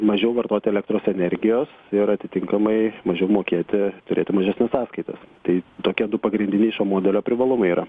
mažiau vartoti elektros energijos ir atitinkamai mažiau mokėti turėti mažesnes sąskaitas tai tokie du pagrindiniai šio modelio privalumai yra